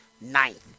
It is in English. ninth